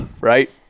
right